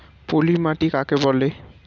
পলি মাটি কাকে বলে?